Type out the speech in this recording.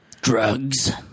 Drugs